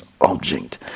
object